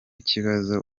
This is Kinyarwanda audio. kibazo